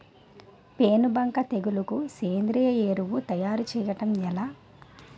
పేను బంక తెగులుకు సేంద్రీయ ఎరువు తయారు చేయడం ఎలా?